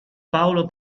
paolo